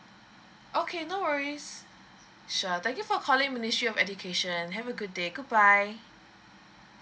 okay no worries sure thank you for calling ministry of education have a good day goodbye